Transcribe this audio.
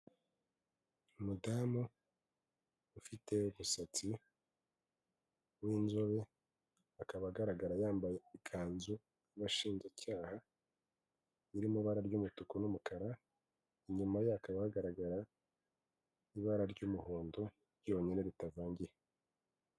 Umudamu ufite umusatsi, w'inzobe akaba agaragara yambaye ikanzu y'abashinjacyaha iri mu ibara ry'umutuku n'umukara, inyuma ye hakaba hagaragara ibara ry'umuhondo ryonyine ritavangiye.